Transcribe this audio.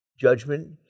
judgment